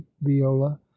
viola